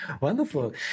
Wonderful